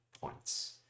points